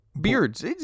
beards